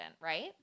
right